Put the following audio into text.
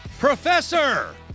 Professor